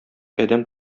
адәм